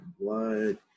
Blood